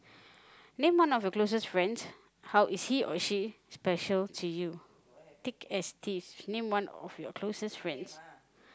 name one of your closest friends how is he or she special to you thick as thieves name one of your closest friend